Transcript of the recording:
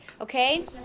okay